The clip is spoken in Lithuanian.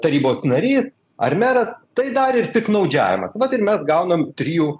tarybos narys ar meras tai dar ir piktnaudžiavimas vat ir mes gaunam trijų